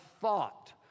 thought